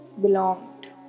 belonged